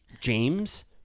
James